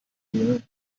mir